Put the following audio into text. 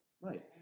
Right